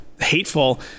hateful